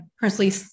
personally